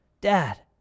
Dad